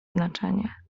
znaczenie